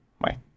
Bye